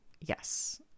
Yes